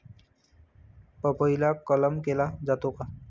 पपईला कलम केला जातो का?